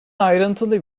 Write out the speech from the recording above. ayrıntılı